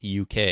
UK